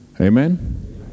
Amen